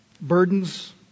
Burdens